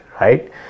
Right